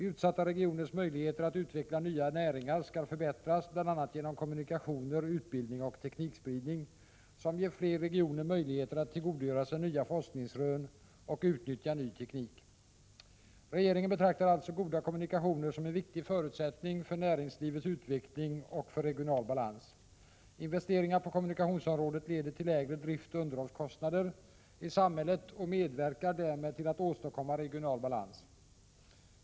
Utsatta regioners möjligheter att utveckla nya näringar skall förbättras, bl.a. genom kommunikationer, utbildning och teknikspridning, som ger fler regioner möjlighet att tillgodogöra sig nya forskningsrön och utnyttja ny teknik.” Regeringen betraktar alltså goda kommunikationer som en viktig förutsättning för näringslivets utveckling och för regional balans. Investeringar på kommunikationsområdet leder till lägre driftoch underhållskostnader i samhället och medverkar därmed till att åstadkomma regional balans.